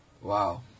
Wow